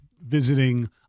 visiting